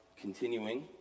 continuing